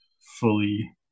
fully